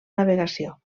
navegació